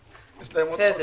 יש להם עוד חודש.